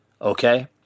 Okay